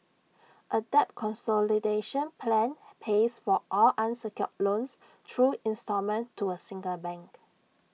A debt consolidation plan pays for all unsecured loans through instalment to A single bank